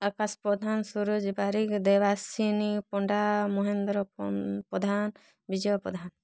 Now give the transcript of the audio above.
Akash Pradhan Suraj Barik Debasini Panda Mahendra Pradhan Bijay Pradhan